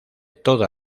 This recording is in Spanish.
toda